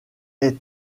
est